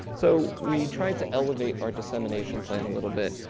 so, we tried to elevate our dissemination plan a little bit.